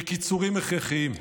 בקיצורים הכרחיים: